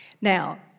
Now